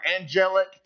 angelic